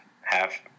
half